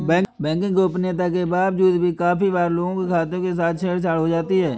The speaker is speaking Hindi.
बैंकिंग गोपनीयता के बावजूद भी काफी बार लोगों के खातों के साथ छेड़ छाड़ हो जाती है